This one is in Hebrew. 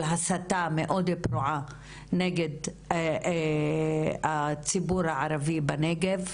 הסתה מאוד ברורה נגד הציבור הערבי בנגב.